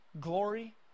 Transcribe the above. glory